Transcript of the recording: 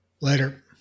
Later